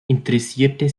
interessierte